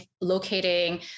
locating